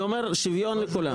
שוויון לכולם.